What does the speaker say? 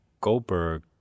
Goldberg